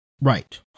Right